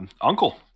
uncle